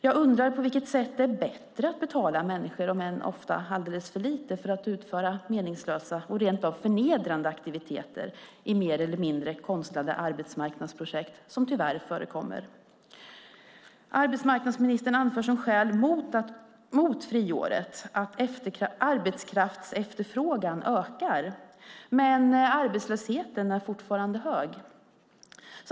Jag undrar på vilket sätt det är bättre att betala människor - om än alldeles för lite - för att utföra meningslösa och rent av förnedrande aktiviteter i mer eller mindre konstlade arbetsmarknadsprojekt, vilket tyvärr förekommer. Arbetsmarknadsministern anför som skäl mot friåret att arbetskraftsefterfrågan ökar. Arbetslösheten är dock fortfarande hög.